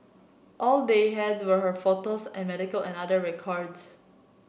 all they had were her photos and medical and other records